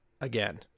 again